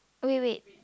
wait wait